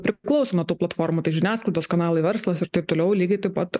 priklauso nuo tų platformų tai žiniasklaidos kanalai verslas ir taip toliau lygiai taip pat